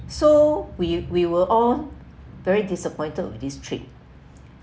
so we we were all very disappointed with this trip